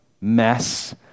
mess